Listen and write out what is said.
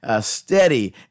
steady